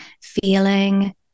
feeling